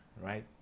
right